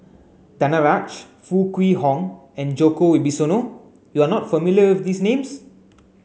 Danaraj Foo Kwee Horng and Djoko Wibisono you are not familiar with these names